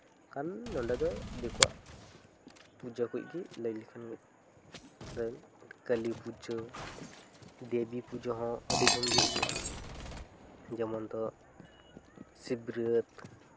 ᱢᱮᱱᱠᱷᱟᱱ ᱱᱚᱸᱰᱮ ᱫᱚ ᱫᱤᱠᱩᱣᱟᱜ ᱯᱩᱡᱟᱹ ᱠᱩᱡ ᱜᱮ ᱞᱟᱹᱭ ᱞᱮᱠᱷᱟᱱ ᱜᱮ ᱠᱟᱹᱞᱤ ᱯᱩᱡᱟᱹ ᱫᱮᱵᱤ ᱯᱩᱡᱟᱹ ᱦᱚᱸ ᱟᱹᱰᱤ ᱫᱷᱩᱢ ᱜᱮ ᱦᱩᱭᱩᱜᱼᱟ ᱡᱮᱢᱚᱱ ᱛᱚ ᱥᱤᱵᱨᱟᱹᱠ